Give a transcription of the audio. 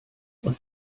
und